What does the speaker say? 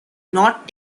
not